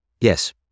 Yes